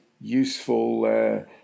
useful